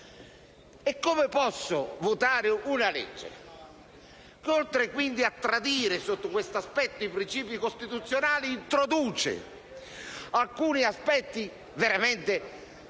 Come posso votare una legge che, oltre a tradire sotto questo aspetto i principi costituzionali, introduce alcuni aspetti veramente contrari